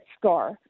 scar